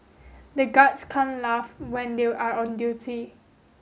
the guards can't laugh when they are on duty